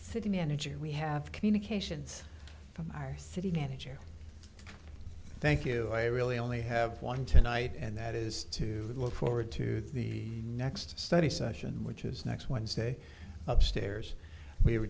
city manager we have communications from our city manager thank you i really only have one tonight and that is to look forward to the next study session which is next wednesday upstairs we were